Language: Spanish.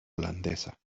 holandesa